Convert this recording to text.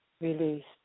released